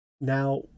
now